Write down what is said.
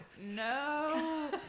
no